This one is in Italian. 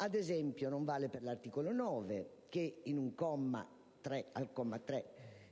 Ad esempio, non vale per l'articolo 9, che, al comma 3,